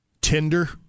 Tinder